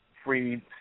free